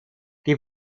die